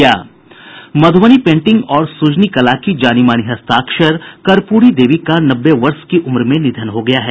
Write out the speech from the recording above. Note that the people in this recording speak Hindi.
मधुबनी पेंटिंग और सुजनी कला की जानीमानी हस्ताक्षर कर्पूरी देवी का नब्बे वर्ष की उम्र में निधन हो गया है